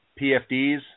pfds